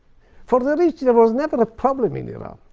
for the rich, there was never a problem in iran.